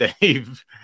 Dave